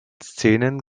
szenen